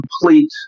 complete